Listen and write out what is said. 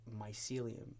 mycelium